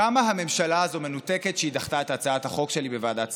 כמה הממשלה הזאת מנותקת כשהיא דחתה את הצעת החוק שלי בוועדת שרים.